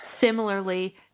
similarly